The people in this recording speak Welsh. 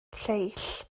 lleill